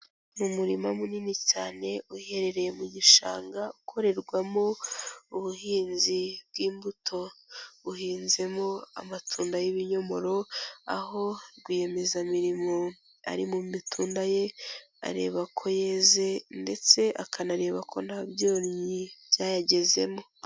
Umurima munini cyane uherereye mu gishanga, ukorerwamo ubuhinzi bw'imbuto, uhinzemo amatunda y'ibinyomoro, aho rwiyemezamirimo ari mu mitunda ye areba ko yeze ndetse akanareba ko nta byonyi byayagezemo.